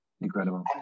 Incredible